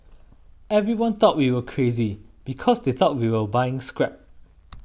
everyone thought we were crazy because they thought we were buying scrap